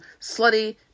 Slutty